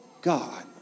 God